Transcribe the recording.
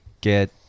get